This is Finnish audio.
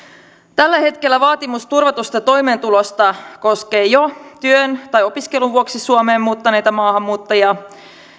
tällä hetkellä vaatimus turvatusta toimeentulosta koskee jo työn tai opiskelun vuoksi suomeen muuttaneita maahanmuuttajia